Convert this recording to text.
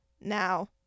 Now